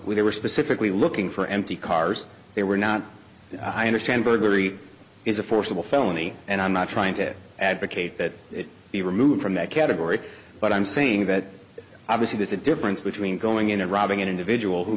we were specifically looking for empty cars they were not i understand burglary is a forcible felony and i'm not trying to advocate that it be removed from that category but i'm saying that obviously there's a difference between going in and robbing an individual who